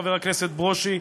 חבר הכנסת ברושי,